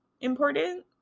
important